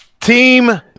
Team